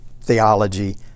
theology